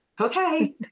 okay